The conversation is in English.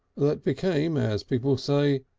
that became, as people say,